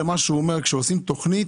לכן אני מתחבר למה שהוא אומר כשעושים תוכנית,